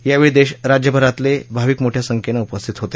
यावेळी राज्यभरातले भाविक मोठ्या संख्येनं उपस्थित होते